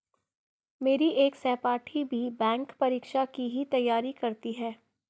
मेरी एक सहपाठी भी बैंक परीक्षा की ही तैयारी करती है